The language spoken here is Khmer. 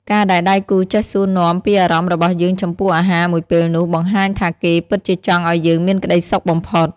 ការដែលដៃគូចេះសួរនាំពីអារម្មណ៍របស់យើងចំពោះអាហារមួយពេលនោះ បង្ហាញថាគេពិតជាចង់ឱ្យយើងមានក្ដីសុខបំផុត។